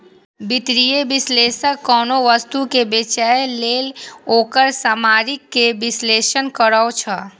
वित्तीय विश्लेषक कोनो वस्तु कें बेचय लेल ओकर सामरिक विश्लेषण करै छै